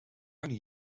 only